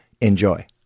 Enjoy